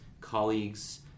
colleagues